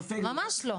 ממש לא.